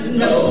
no